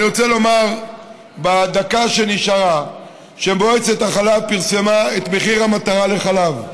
אני רוצה לומר בדקה שנשארה שמועצת החלב פרסמה את מחיר המטרה לחלב.